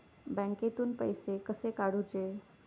बँकेतून पैसे कसे काढूचे?